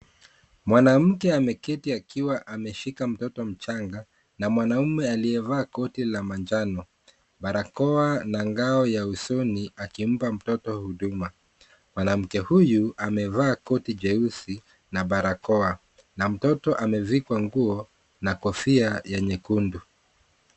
Mwanamke ameketi akiwa ameshika mtoto mchanga na mwanaume aliyevaa koti la manjano, barakoa na ngao ya usoni akimpa mtoto huduma. Mwanamke huyu amevaa koti jeusi na barakoa na mtoto amevikwa nguo na kofia ya nyekundu.